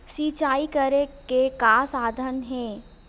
सिंचाई करे के का साधन हे?